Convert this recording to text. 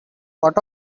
what